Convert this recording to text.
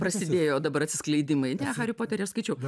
prasidėjo dabar atskleidimai ne harį poterį aš skaičiau